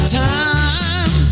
time